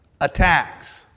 attacks